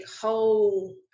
whole